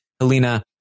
Helena